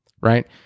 right